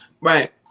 Right